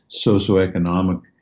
socioeconomic